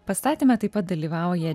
pastatyme taip pat dalyvauja